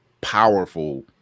powerful